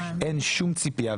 אין שום ציפייה,